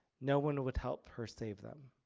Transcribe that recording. no one would help her save them.